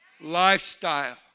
Lifestyle